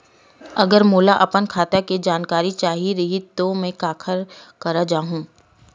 अगर मोला अपन खाता के जानकारी चाही रहि त मैं काखर करा जाहु?